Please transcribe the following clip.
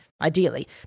ideally